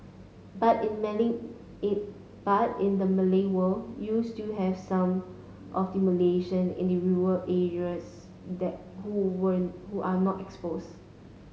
but in Malay in but in the Malay world you still have some of the Malaysian in the rural areas that who were who are not exposed